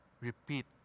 repeat